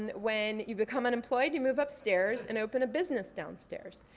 and when you become unemployed, you move upstairs, and open a business downstairs.